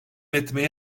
etmeye